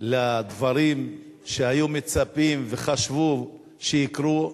לדברים שהיו מצפים, וחשבו שיקרו,